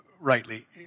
rightly